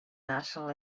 national